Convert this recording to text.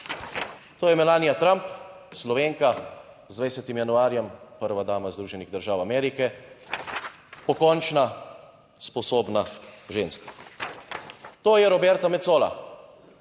To je Melania Trump, Slovenka, z 20 januarjem prva dama Združenih držav Amerike. Pokončna, sposobna ženska. To je Roberta Macola,